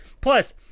Plus